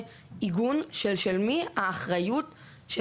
ובמסגרת חוק ההסדרים האחרון הובא גם חוק תשתיות לאומיות,